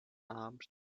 armed